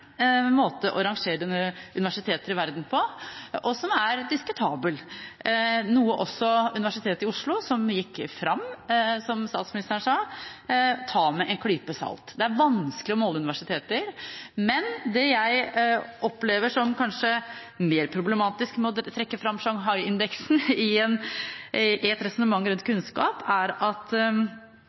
måte å rangere universiteter i verden på, og som er diskutabel, noe også Universitetet i Oslo – som gikk fram, som statsministeren sa – tar med en klype salt. Det er vanskelig å måle universiteter, men det jeg opplever som kanskje mer problematisk med å trekke fram Shanghai-indeksen i et resonnement rundt kunnskap, er at